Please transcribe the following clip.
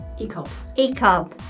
Ecop